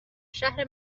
شهر